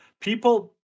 People